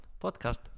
Podcast